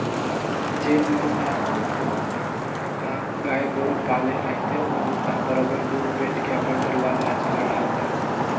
जेन मन ह थोक बहुत ह गाय गोरु पाले रहिथे ओमन ह बरोबर दूद बेंच के अपन परवार ल चला डरथे